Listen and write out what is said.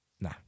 nah